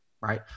right